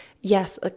yes